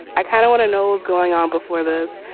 i kind of want to know is going on before. this